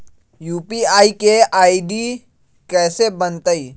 UPI के ID कैसे बनतई?